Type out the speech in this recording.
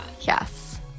Yes